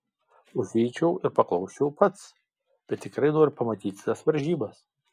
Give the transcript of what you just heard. užeičiau ir paklausčiau pats bet tikrai noriu pamatyti tas varžybas